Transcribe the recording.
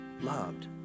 loved